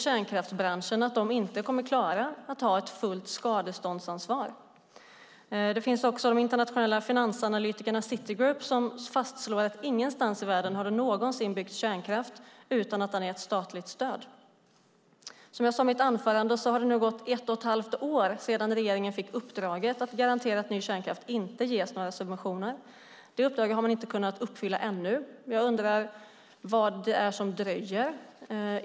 Kärnkraftsbranschen, däremot, säger att man inte kommer att klara att ha ett fullt skadeståndsansvar. Den internationella finansanalytikern Citigroup fastslår att det inte någonstans i världen någonsin har byggts kärnkraft utan statligt stöd. Som jag sade i mitt anförande har det nu gått ett och ett halvt år sedan regeringen fick uppdraget att garantera att ny kärnkraft inte ges några subventioner. Det uppdraget har man ännu inte kunnat fullfölja. Jag undrar varför det dröjer.